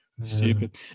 Stupid